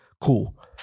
Cool